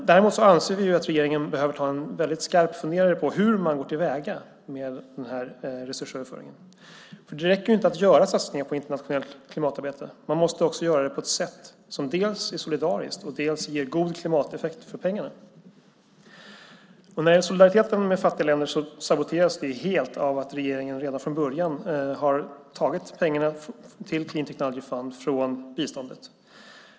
Däremot anser vi att regeringen behöver ta en väldigt skarp funderare på hur man går till väga med den här resursöverföringen. Det räcker inte att göra satsningar på internationellt klimatarbete. Man måste också göra det på ett sätt som dels är solidariskt, dels ger god klimateffekt för pengarna. När det gäller solidariteten med de fattiga länderna saboteras det helt av att regeringen redan från början har tagit pengarna till Clean Technology Fund från biståndet.